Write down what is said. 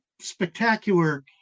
spectacular